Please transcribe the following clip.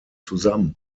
zusammen